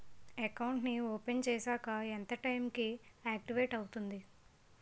Account నీ open చేశాక ఎంత టైం కి ఆక్టివేట్ అవుతుంది?